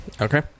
okay